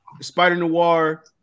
Spider-Noir